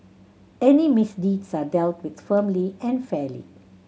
any misdeeds are dealt with firmly and fairly